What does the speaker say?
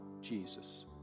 Jesus